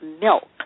milk